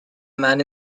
man